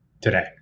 today